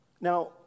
Now